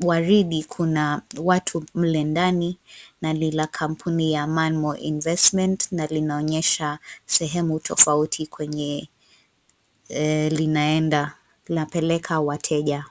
waridi kuna watu mle ndani na ni la kampuni ya Manmo Investment na linaonyesha sehemu tofauti kwenye linaenda lapeleka wateja.